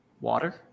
Water